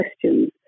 questions